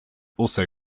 also